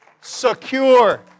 Secure